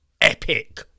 epic